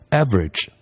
average